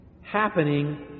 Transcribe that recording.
happening